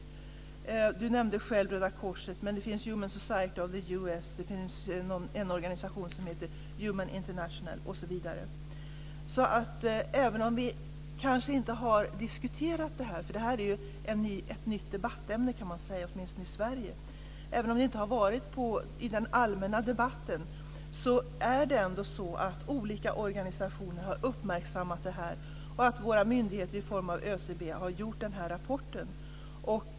Carina Hägg nämnde själva Röda korset. Andra organisationer är Även om vi kanske inte har diskuterat detta, eftersom det är ett nytt debattämne, åtminstone i Sverige, i den allmänna debatten, så har olika organisationer uppmärksammat det. Och ÖCB har gjort denna rapport.